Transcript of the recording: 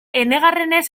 enegarrenez